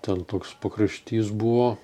ten toks pakraštys buvo